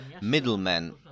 middlemen